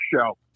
show